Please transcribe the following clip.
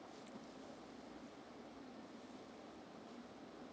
two